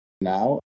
now